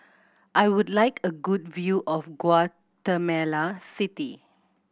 I would like a good view of Guatemala City